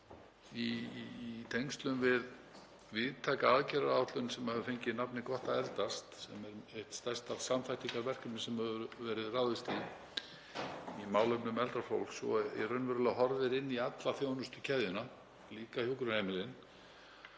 í tengslum við víðtæka aðgerðaáætlun sem hefur fengið nafnið Gott að eldast, sem er eitt stærsta samþættingarverkefni sem hefur verið ráðist í málefnum eldra fólks og horfir raunverulega inn í alla þjónustukeðjuna, líka hjúkrunarheimilin,